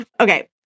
Okay